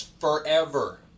forever